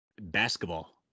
basketball